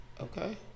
Okay